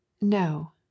no